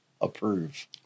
approve